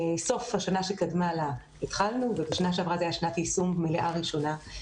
בסוף השנה שקדמה לה התחלנו והשנה שעברה הייתה שנת יישום מלאה ראשונה.